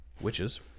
Witches